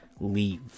leave